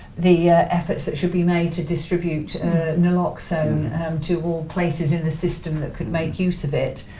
the effort that should be made to distribute naloxone to all places in the system that could make use of it.